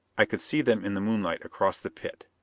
i could see them in the moonlight across the pit.